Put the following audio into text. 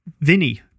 Vinny